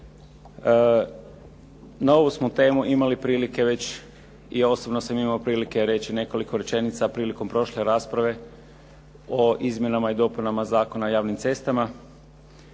na ovu smo temu imali prilike već i osobno sam imao prilike reći nekoliko rečenica prilikom prošle rasprave o izmjenama i dopunama Zakona o javnim cestama